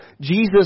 Jesus